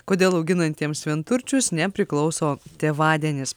kodėl auginantiems vienturčius nepriklauso tėvadienis